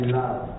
love